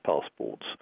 passports